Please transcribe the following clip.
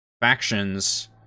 factions